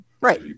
right